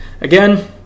Again